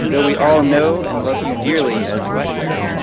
though we all know and love you dearly as westley,